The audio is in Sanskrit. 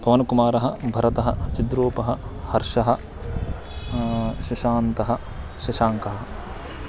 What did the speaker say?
पवनकुमारः भरतः चिद्रूपः हर्षः शशाङ्कः शशाङ्कः